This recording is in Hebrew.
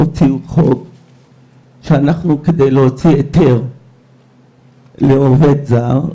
הוציאו חוק שכדי שאנחנו נוציא היתר לעובד זר,